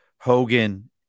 Hogan